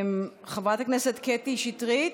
חברת הכנסת קטי שטרית,